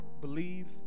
believe